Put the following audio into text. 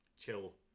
chill